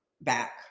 back